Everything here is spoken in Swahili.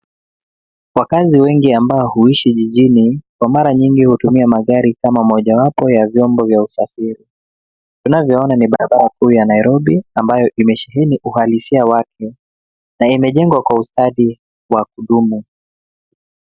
Wakazi wengi ambao huishi jijini kwa mara nyingi hutumia magari kama mojawapo ya vyombo vya usafiri. Tunavyoona ni barabara kuu ya Nairobi ambayo imesheheni uhalisia wake na imejengwa kwa ustadi wa kudumu.